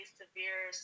severe